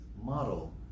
model